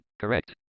correct